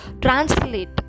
Translate